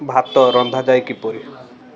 ଭାତ ରନ୍ଧାଯାଏ କିପରି